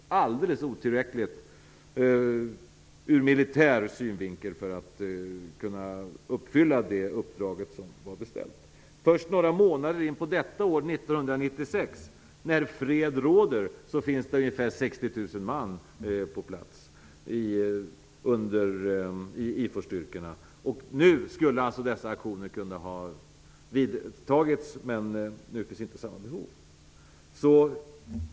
Det var alldeles otillräckligt ur militär synvinkel för att man skulle kunna uppfylla det uppdrag som var beställt. Först några månader in på detta år, 1996, när fred råder, finns det ungefär 60 000 man på plats i IFOR-styrkorna. Nu skulle dessa aktioner kunna ha vidtagits, men nu finns inte samma behov.